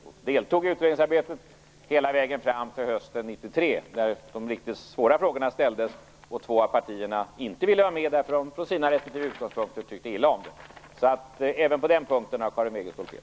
De deltog i utredningsarbetet hela vägen fram till hösten 1993, när de riktigt svåra frågorna ställdes, och två av partierna inte ville vara med därför att de från sina respektive utgångspunkter tyckte illa om det. Även på den punkten har Karin Wegestål fel.